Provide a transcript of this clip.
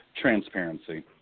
Transparency